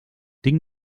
tinc